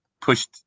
pushed